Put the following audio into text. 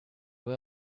were